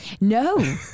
No